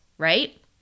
right